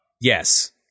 yes